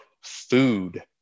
food